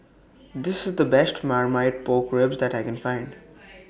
This IS The Best Marmite Pork Ribs that I Can Find